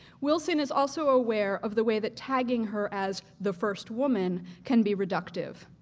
wilson is also aware of the way that tagging her as the first woman can be reductive.